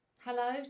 hello